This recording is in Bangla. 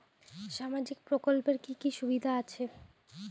সামাজিক প্রকল্পের কি কি সুবিধা আছে?